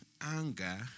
anger